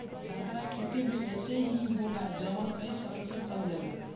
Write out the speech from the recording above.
संतरा के खेती भी अइसे ही होला जवन के कई साल से फल देला